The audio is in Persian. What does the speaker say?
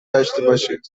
داشتهباشید